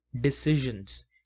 decisions